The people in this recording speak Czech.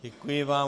Děkuji vám.